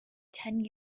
ten